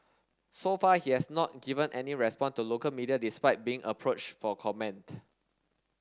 so far he has not given any response to local media despite being approached for comment